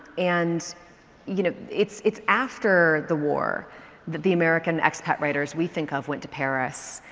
and you know, it's it's after the war that the american expat writers we think of went to paris,